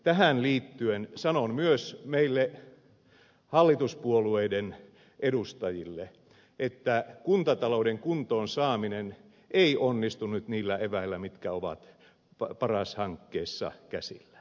tähän liittyen sanon myös meille hallituspuolueiden edustajille että kuntatalouden kuntoon saaminen ei onnistu nyt niillä eväillä mitkä ovat paras hankkeessa käsillä